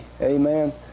Amen